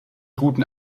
guten